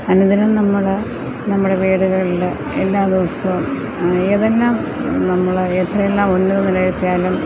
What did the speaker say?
അനുദിനം നമ്മള് നമ്മുടെ വീടുകളില് എല്ലാ ദിവസവും ഏതെല്ലാം നമ്മള് എത്രയെല്ലാം ഉന്നതനിലയിലെത്തിയാലും